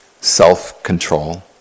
self-control